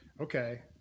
okay